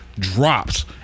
Drops